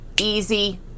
easy